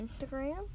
Instagram